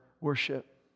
worship